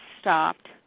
stopped